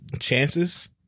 chances